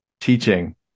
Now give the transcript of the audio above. teaching